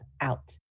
out